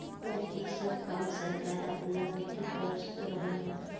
अब ई सब काम सरकार आपना होती कर रहल बा